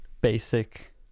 basic